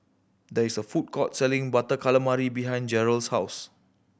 there is a food court selling Butter Calamari behind Jerold's house